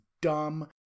dumb